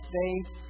faith